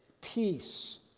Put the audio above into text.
peace